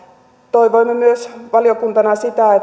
toivoimme myös valiokuntana sitä